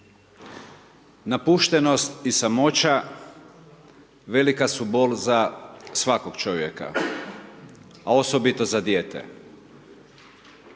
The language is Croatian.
napuštenost i samoća velika su bol za svakog čovjeka a osobito za dijete.